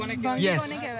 Yes